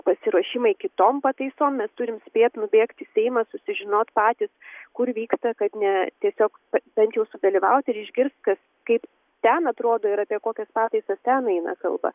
pasiruošimai kitom pataisom mes turim spėt nubėgt į seimą susižinot patys kur vyksta kad ne tiesiog pa bent jau sudalyvaut ir išgirst kas kaip ten atrodo ir apie kokias pataisas ten eina kalba